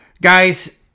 Guys